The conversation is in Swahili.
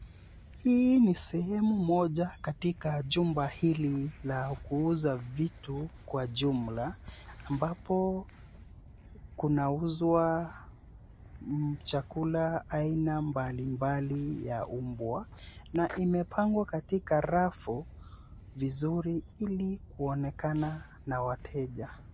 Hii ni sehemu moja katika jumba hili la kuuza vitu kwa jumla ambapo kunauzwa chakula aina mbalimbali ya mbwa na imepangwa katika rafu vizuri ili kuonekana na wateja.